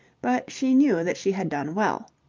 but she knew that she had done well.